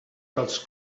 dels